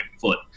foot